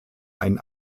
ein